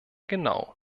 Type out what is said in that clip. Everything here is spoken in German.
genau